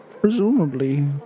presumably